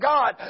God